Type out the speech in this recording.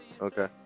Okay